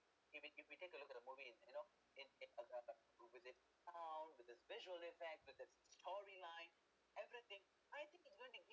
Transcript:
if we if we take a look at the movies you know in a how with this visual effect with this story line everything I think it's going to give